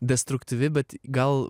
destruktyvi bet gal